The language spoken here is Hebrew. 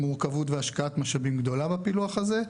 מורכבות והשקעת משאבים גדולה בפילוח הזה,